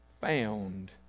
found